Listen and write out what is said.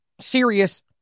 serious